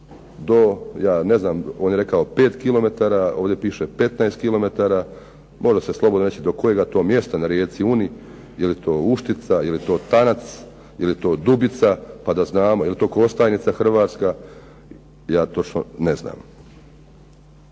do, ja ne znam on je rekao 5 kilometara, ovdje piše 15 kilometara, može se slobodno reći do kojega to mjesta na rijeci Uni, je li to Uštica, je li to Tanac, je li to Dubica, pa da znamo, je li to Kostajnica Hrvatska? Ja točno ne znam.